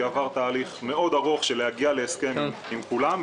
כי עבר תהליך מאוד ארוך של להגיע להסכם עם כולם,